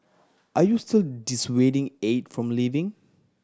are you still dissuading Aide from leaving